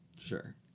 Sure